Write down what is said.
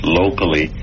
locally